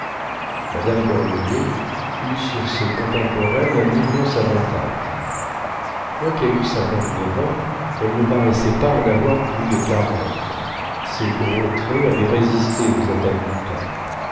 madame cornoiller eut sur ses contemporaines un immense avantage quoiqu'elle eût cinquante-neuf ans elle ne paraissait pas en avoir plus de quarante ses gros traits avaient résisté aux attaques du temps